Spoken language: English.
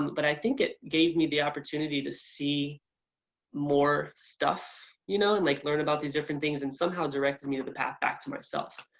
but i think it gave me the opportunity to see more stuff you know and like learn about these different things and somehow directed me to the path back to myself.